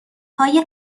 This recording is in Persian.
های